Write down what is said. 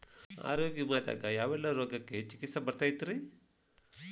ಆರೋಗ್ಯ ವಿಮೆದಾಗ ಯಾವೆಲ್ಲ ರೋಗಕ್ಕ ಚಿಕಿತ್ಸಿ ಬರ್ತೈತ್ರಿ?